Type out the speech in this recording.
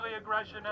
aggression